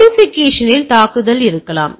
மாடிஃபிகேஷனில் தாக்குதல் இருக்கலாம்